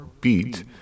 beat